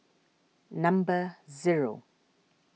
number zero